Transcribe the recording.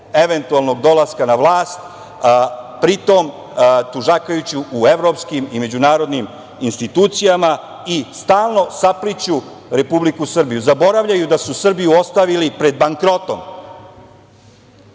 eventualnog dolaska na vlast, pritom tužakajući u evropskim i međunarodnim institucijama i stalno sapliću Republiku Srbiju. Zaboravljaju da su Srbiju ostavili pred bankrotom,